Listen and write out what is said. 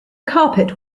carpet